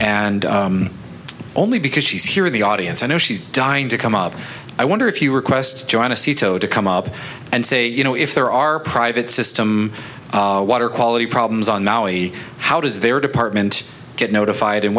and only because she's here in the audience i know she's dying to come up i wonder if you request john a seato to come up and say you know if there are private system water quality problems on maui how does their department get notified and